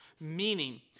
Meaning